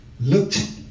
looked